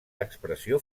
expressió